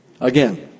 again